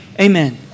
amen